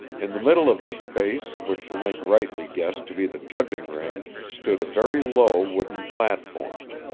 in the middle of this space, which link rightly guessed to be the judging ring, stood a very low wooden platform.